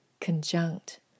conjunct